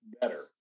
better